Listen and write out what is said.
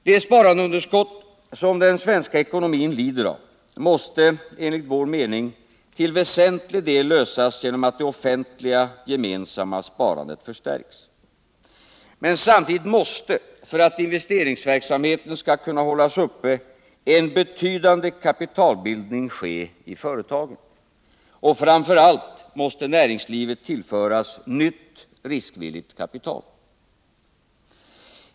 Det sparandeunderskott som den svenska ekonomin lider av måste enligt vår mening till väsentlig del lösas genom att det offentliga, gemensamma sparandet förstärks. Men samtidigt måste, för att investeringsverksamheten skall kunna hållas uppe, en betydande kapitalbildning ske i företagen. Och framför allt måste näringslivet tillföras nytt riskvilligt kapital.